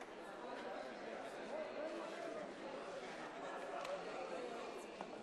עוד ניסיון נלוז של האיראנים להבריח נשק לעזה.